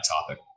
topic